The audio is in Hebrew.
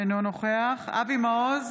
אינו נוכח אבי מעוז,